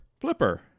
Flipper